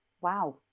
Wow